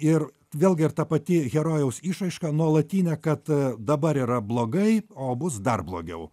ir vėlgi ir ta pati herojaus išraiška nuolatinė kad dabar yra blogai o bus dar blogiau